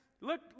Look